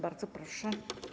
Bardzo proszę.